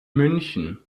münchen